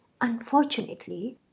unfortunately